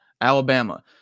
Alabama